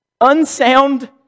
Unsound